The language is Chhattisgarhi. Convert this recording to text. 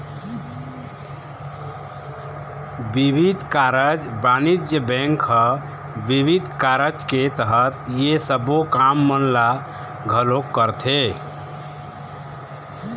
बिबिध कारज बानिज्य बेंक ह बिबिध कारज के तहत ये सबो काम मन ल घलोक करथे